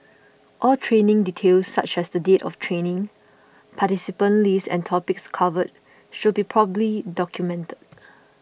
all training details such as the date of training participant list and topics covered should be properly documented